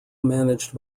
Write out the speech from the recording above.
managed